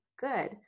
good